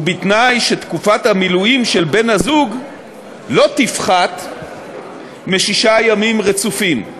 ובתנאי שתקופת המילואים של בן-הזוג לא תפחת משישה ימים רצופים.